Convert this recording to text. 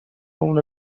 اونو